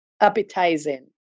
appetizing